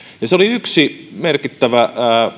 ja se oli yksi merkittävä